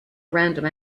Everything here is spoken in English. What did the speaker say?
random